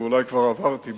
ואולי כבר עברתי,